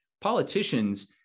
politicians